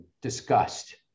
discussed